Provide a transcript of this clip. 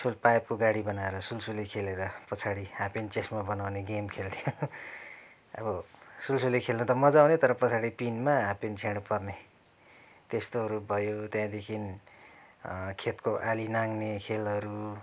पाइपको गाडी बनाएर सुलसुले खेलेर पछाडि हाफ् प्यान्ट चस्मा बनाउने गेम खेल्थ्यौँ अब सुलसुले खेल्नु त मजा आउने तर पछाडि पिनमा हाफ् प्यान्ट छेँड पर्ने त्यस्तोहरू भयो त्यहाँदेखि खेतको आली नाघ्ने खेलहरू